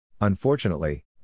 Unfortunately